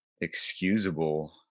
excusable